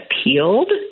appealed